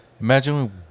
Imagine